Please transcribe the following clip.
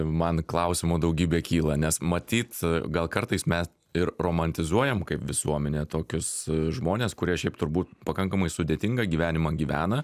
man klausimų daugybė kyla nes matyt gal kartais mes ir romantizuojam kaip visuomenė tokius žmones kurie šiaip turbūt pakankamai sudėtingą gyvenimą gyvena